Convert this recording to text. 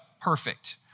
perfect